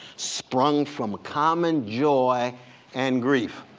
sprung from common joy and grief.